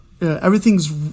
Everything's